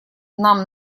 нам